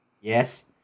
yes